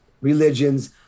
religions